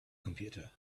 computer